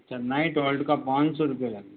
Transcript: अच्छा night hold का पाँच सौ रुपया लगेगा